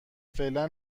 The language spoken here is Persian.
فعلا